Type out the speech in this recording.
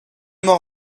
m’en